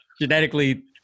Genetically